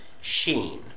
Sheen